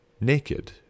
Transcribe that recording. naked